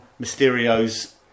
Mysterio's